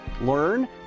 learn